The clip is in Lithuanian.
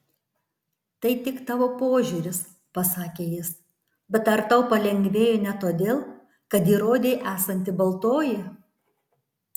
tai tik tavo požiūris pasakė jis bet ar tau palengvėjo ne todėl kad įrodei esanti baltoji